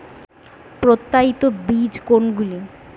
প্রত্যায়িত বীজ কোনগুলি?